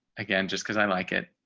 again, just because i like it.